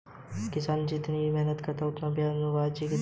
किसान जितनी मेहनत करता है उसे उसका वाजिब दाम नहीं मिलता है